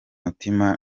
mutima